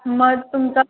मग तुमचा